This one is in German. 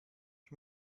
ich